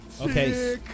Okay